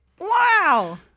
wow